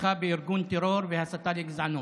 בתמיכה בארגון טרור והסתה לגזענות.